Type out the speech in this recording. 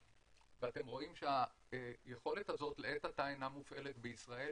ואתם רואים שהיכולת הזאת לעת עתה אינה מופעלת בישראל.